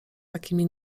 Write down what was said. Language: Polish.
takimi